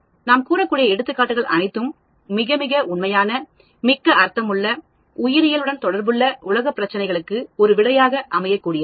நான் கூறக்கூடிய எடுத்துக்காட்டுகள் அனைத்தும் மிக மிக உண்மையான மிக்க அர்த்தமுள்ள உயிரியல் உடன் தொடர்புள்ள உலக பிரச்சினைகளுக்கு ஒரு விடையாக அமையக் கூடியவை